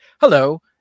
Hello